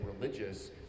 religious